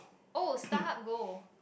oh Starhub Go